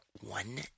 One